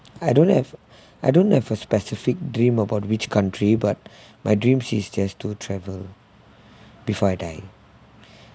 I don't have I don't have a specific dream about which country but my dream is just to travel before I die